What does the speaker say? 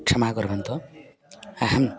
क्षमा कुर्वन्तु अहं